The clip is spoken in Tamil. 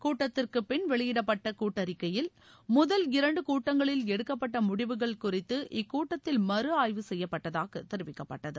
கூட்டத்திற்குபின் வெளியிடப்பட்ட கூட்டறிக்கையில் முதல் இரண்டு கூட்டங்களில் எடுக்கப்பட்ட முடிவுகள் குறித்து இக்கூட்டத்தில மறுஆய்வு செய்யப்பட்டதாக தெரிவிக்கப்பட்டது